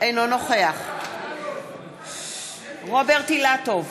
אינו נוכח רוברט אילטוב,